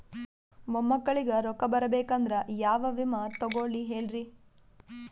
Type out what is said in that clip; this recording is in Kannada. ಮೊಮ್ಮಕ್ಕಳಿಗ ರೊಕ್ಕ ಬರಬೇಕಂದ್ರ ಯಾ ವಿಮಾ ತೊಗೊಳಿ ಹೇಳ್ರಿ?